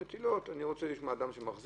יש 100 מטילות נניח, אני רוצה לשמוע אדם שמחזיק,